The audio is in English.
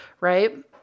right